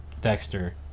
Dexter